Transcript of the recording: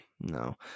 no